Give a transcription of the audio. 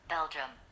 Belgium